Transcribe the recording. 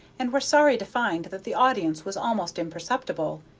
and were sorry to find that the audience was almost imperceptible.